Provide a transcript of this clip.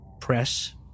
press